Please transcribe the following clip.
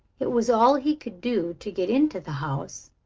it was all he could do to get into the house,